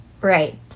Right